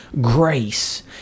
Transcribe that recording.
grace